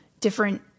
different